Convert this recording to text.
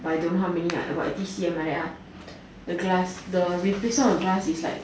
but I don't know how many ah about eighty C_M like that ah the glass the replacement of the glass is like